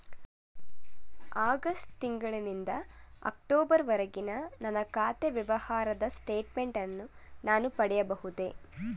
August ತಿಂಗಳು ನಿಂದ October ವರೆಗಿನ ನನ್ನ ಖಾತೆ ವ್ಯವಹಾರದ ಸ್ಟೇಟ್ಮೆಂಟನ್ನು ನಾನು ಪಡೆಯಬಹುದೇ?